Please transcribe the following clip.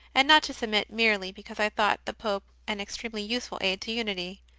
and not to submit merely because i thought the pope an extremely useful aid to unity.